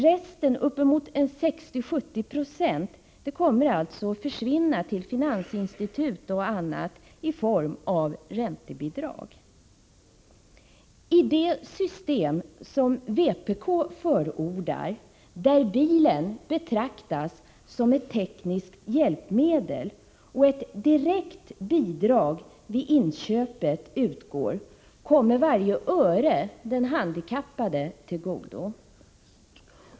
Resten, uppemot 60-70 20, kommer alltså att försvinna till finansinstitut och annat i form av räntebidrag. I det system som vpk förordar, där bilen betraktas som ett tekniskt hjälpmedel och ett direkt bidrag vid inköpet utgår, kommer varje öre den handikappade till godo.